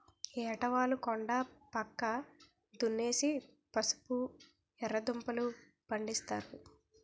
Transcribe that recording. ఏటవాలు కొండా పక్క దున్నేసి పసుపు, ఎర్రదుంపలూ, పండిస్తారు